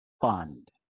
fund